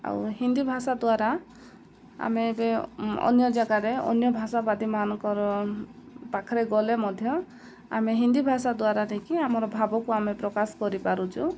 ଆଉ ହିନ୍ଦୀ ଭାଷା ଦ୍ୱାରା ଆମେ ଏବେ ଅନ୍ୟ ଜାଗାରେ ଅନ୍ୟ ଭାଷାବାଦୀମାନଙ୍କର ପାଖରେ ଗଲେ ମଧ୍ୟ ଆମେ ହିନ୍ଦୀ ଭାଷା ଦ୍ୱାରା ନେଇକି ଆମର ଭାବକୁ ଆମେ ପ୍ରକାଶ କରିପାରୁଛୁ